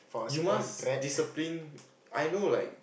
you must discipline I know like